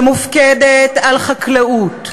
שמופקדת על חקלאות,